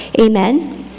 Amen